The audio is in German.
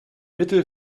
mittel